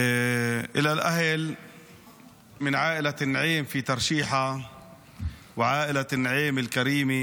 (אומר דברים בשפה הערבית,